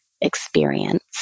experience